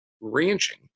ranching